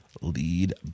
Lead